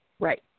Right